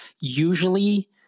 usually